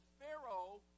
pharaoh